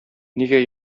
нигә